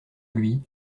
lui